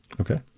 Okay